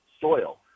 soil